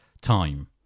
time